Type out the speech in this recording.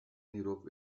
europe